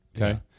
Okay